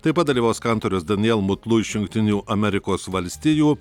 taip pat dalyvaus kantorius daniel mutluj iš jungtinių amerikos valstijų